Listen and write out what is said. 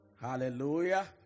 Hallelujah